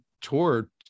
tour